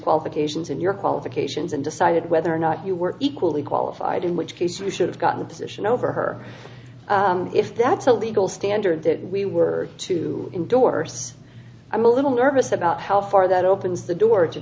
qualifications and your qualifications and decided whether or not you were equally qualified in which case you should have got the position over her if that's a legal standard that we were to endorse i'm a little nervous about how far that opens the door